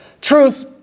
truth